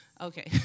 Okay